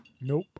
Nope